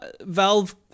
Valve